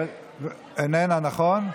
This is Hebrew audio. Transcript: איננה, נכון?